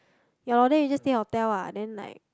ya lor then we just stay hotel ah then like